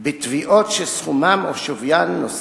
"בתביעות שסכומן או ששווי נושאן,